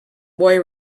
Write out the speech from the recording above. boy